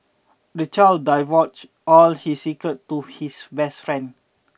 the child divulged all his secrets to his best friend